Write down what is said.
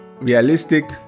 realistic